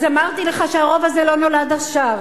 לא לשכוח, אז אמרתי לך שהרוב הזה לא נולד עכשיו.